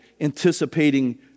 anticipating